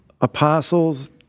apostles